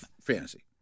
fantasy